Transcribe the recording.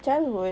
childhood